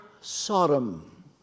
Sodom